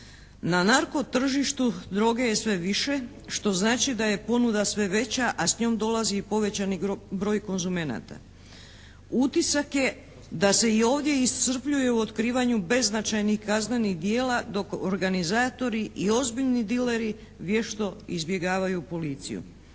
Na narko-tržištu droge je sve više što znači da je ponuda sve veća a s njom dolazi i povećani broj konzumenata. Utisak je da se i ovdje iscrpljujemo u otkrivanju beznačajnih kaznenih djela dok organizatori i ozbiljni dileri vješto izbjegavaju policiju.